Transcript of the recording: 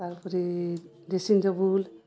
ତାର୍ପରେ dressing table